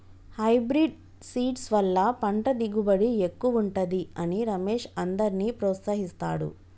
hybrid seeds వల్ల పంట దిగుబడి ఎక్కువుంటది అని రమేష్ అందర్నీ ప్రోత్సహిస్తాడు